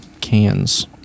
cans